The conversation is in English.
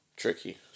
Tricky